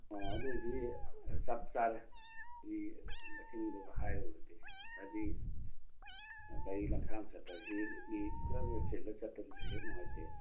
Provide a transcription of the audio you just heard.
ꯑꯣ ꯑꯗꯨꯑꯣꯏꯗꯤ ꯆꯄ ꯆꯥꯔꯦ ꯃꯤ ꯃꯁꯤꯡꯗꯨꯒ ꯍꯥꯏꯔꯨꯔꯗꯤ ꯍꯥꯏꯗꯤ ꯒꯥꯔꯤ ꯂꯝꯁꯥꯡ ꯆꯠꯄꯁꯤ ꯃꯤ ꯀꯔꯛꯀꯔꯛ ꯆꯤꯜꯂ ꯆꯠꯄꯁꯨ ꯍꯦꯛ ꯅꯨꯡꯉꯥꯏꯇꯦ